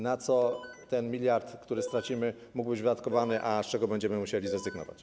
Na co ten miliard, który stracimy, mógł być wydatkowany, a z czego będziemy musieli zrezygnować?